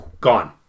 Gone